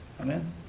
Amen